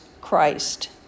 Christ